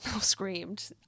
Screamed